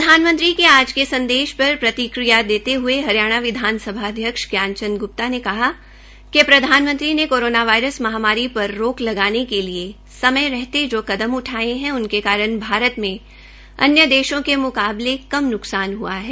प्रधानमंत्री के आज के संदेश पर प्रतिक्रिया देते हये हरियाणा विधानसभा अध्यक्ष ज्ञान चंद गुप्ता ने कहा कि प्रधानमंत्री ने कोरोना वायरस की महामारी पर रोक लगाने के लिए समय रहते जो कदम उठाये है उनके कारण भारत में अन्य देशों के मुकाबले कम नुकसान हआ है